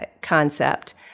concept